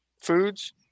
Foods